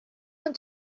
want